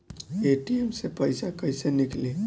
ATM से पइसा कइसे निकली?